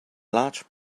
large